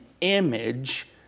image